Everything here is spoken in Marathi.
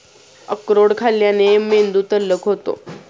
अक्रोड खाल्ल्याने मेंदू तल्लख होतो